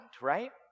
right